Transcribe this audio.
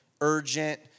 urgent